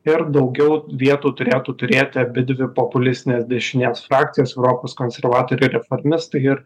ir daugiau vietų turėtų turėti abidvi populistinės dešinės frakcijos europos konservatorių reformistai ir